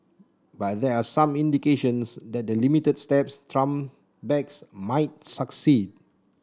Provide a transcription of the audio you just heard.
but there are some indications that the limited steps Trump backs might succeed